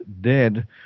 dead